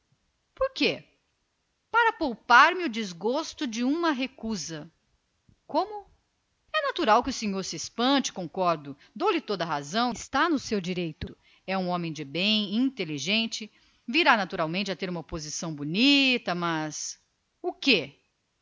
por quê para poupar me o desgosto de uma recusa como é natural que o senhor se espante concordo dou-lhe toda a razão está no seu direito o senhor é um homem de bem é inteligente tem o seu saber que